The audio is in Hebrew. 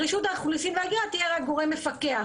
רשות האוכלוסין וההגירה תהיה רק גורם מפקח,